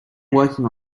working